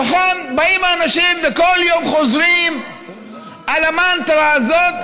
וכאן באים האנשים וכל יום חוזרים על המנטרה הזאת: